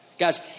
Guys